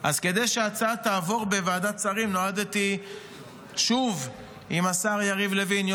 אז כדי שההצעה תעבור בוועדת השרים נועדתי שוב עם השר יריב לוין,